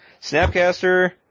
Snapcaster